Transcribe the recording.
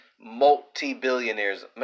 multi-billionaires